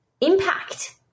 impact